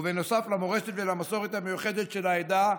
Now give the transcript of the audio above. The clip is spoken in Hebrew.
ובנוסף, למורשת ולמסורת המיוחדת של העדה,